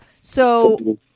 So-